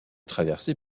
traversée